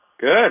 Good